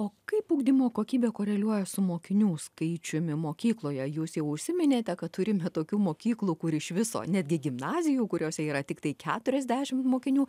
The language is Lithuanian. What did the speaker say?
o kaip ugdymo kokybė koreliuoja su mokinių skaičiumi mokykloje jūs jau užsiminėte kad turime tokių mokyklų kur iš viso netgi gimnazijų kuriose yra tiktai keturiasdešim mokinių